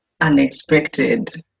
unexpected